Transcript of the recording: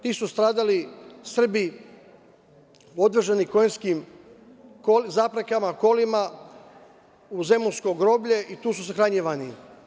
Ti su stradali Srbi odvoženi konjskim zapregama, kolima u Zemunsko groblje i tu su sahranjivani.